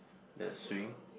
the swing